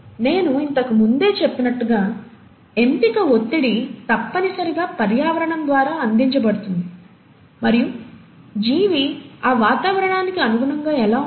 నేను ఇంతకు ముందే చెప్పినట్లుగా ఎంపిక ఒత్తిడి తప్పనిసరిగా పర్యావరణం ద్వారా అందించబడుతుంది మరియు జీవి ఆ వాతావరణానికి అనుగుణంగా ఎలా ఉంటుంది